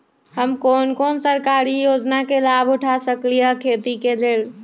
हम कोन कोन सरकारी योजना के लाभ उठा सकली ह खेती के लेल?